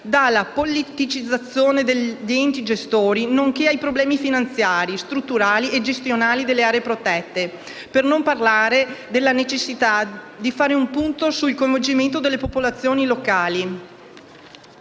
dalla politicizzazione degli enti gestori ai problemi finanziari, strutturali e gestionali delle aree protette; per non parlare della necessità di fare un punto sul coinvolgimento delle popolazioni locali.